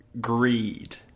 greed